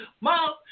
Mom